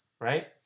right